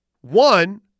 One